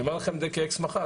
אני אומר לכם את זה כאקס מח"ט.